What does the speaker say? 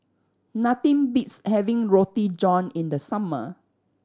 nothing beats having Roti John in the summer